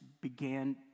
began